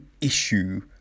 issue